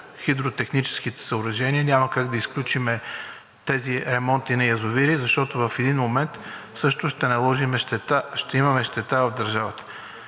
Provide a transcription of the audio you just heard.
хидротехническите съоръжения, няма как да изключим тези ремонти на язовири, защото в един момент също ще имаме щета в държавата.